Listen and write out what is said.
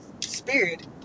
spirit